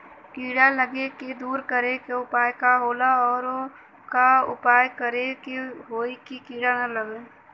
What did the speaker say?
कीड़ा लगले के दूर करे के उपाय का होला और और का उपाय करें कि होयी की कीड़ा न लगे खेत मे?